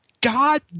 God